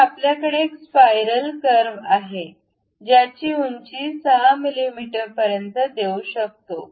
तर आपल्याकडे एक स्पायरल कर्व आहे ज्याची उंची 6 मिमी पर्यंत देऊ शकतो